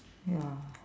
ya